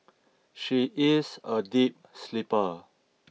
she is a deep sleeper